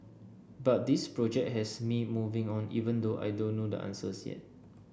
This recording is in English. but this project has me moving on even though I don't know the answers yet